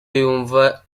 yumva